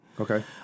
Okay